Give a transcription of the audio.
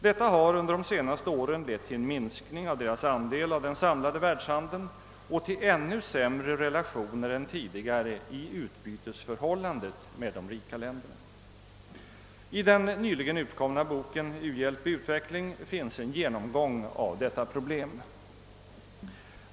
Detta har under de senaste åren lett till en minskning av deras andel av den samlade världshandeln och till ännu sämre utbytesförhållanden än tidigare gentemot de rika länderna. I den nyligen utkomna boken »U hjälp i utveckling» finns en genomgång av detta problem.